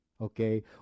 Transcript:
okay